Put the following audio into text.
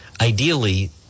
ideally